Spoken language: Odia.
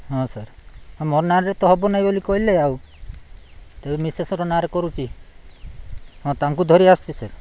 ହଁ ସାର୍ ହଁ ମୋର ନାଁରେ ତ ହେବ ନାହିଁ ବୋଲି କହିଲେ ଆଉ ତେବେ ମିଶେସ୍ର ନାଁରେ କରୁଛି ହଁ ତାଙ୍କୁ ଧରି ଆସୁଛି ସାର୍